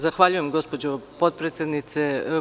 Zahvaljujem, gospođo potpredsednice.